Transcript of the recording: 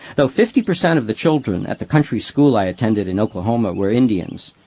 though fifty percent of the children at the country school i attended in oklahoma were indians,